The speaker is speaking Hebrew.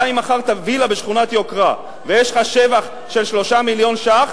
גם אם מכרת וילה בשכונת יוקרה ויש לך שבח של 3 מיליון ש"ח,